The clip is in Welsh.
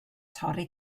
torri